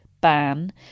ban